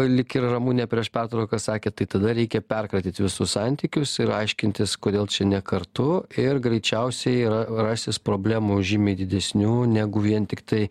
lyg ir ramunė prieš pertrauką sakė tai tada reikia perkratyt visus santykius ir aiškintis kodėl čia ne kartu ir greičiausiai yra rasis problemų žymiai didesnių negu vien tiktai